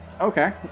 Okay